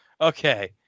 Okay